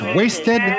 wasted